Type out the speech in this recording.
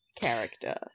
character